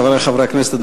חברי חברי הכנסת,